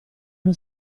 uno